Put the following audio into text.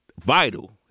vital